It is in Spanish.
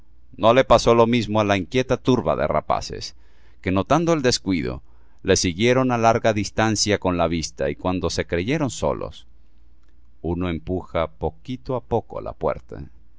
no le pasó lo mismo á la inquieta turba de rapaces que notando el descuido le siguieron á larga distancia con la vista y cuando se creyeron solos uno empuja poquito á poco la puerta